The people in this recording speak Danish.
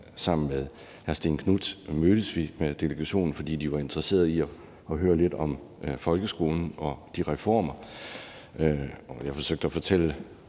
Sammen med hr. Stén Knuth mødtes vi med delegationen, fordi de jo var interesserede i at høre lidt om folkeskolen og reformerne. Jeg forsøgte at fortælle